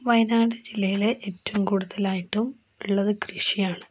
വയനാട് ജില്ലയിൽ ഏറ്റവും കൂടുതലായിട്ടും ഉള്ളത് കൃഷിയാണ്